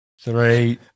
three